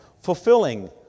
Fulfilling